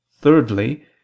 Thirdly